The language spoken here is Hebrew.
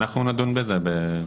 להסכמות.